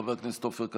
חבר הכנסת עופר כסיף,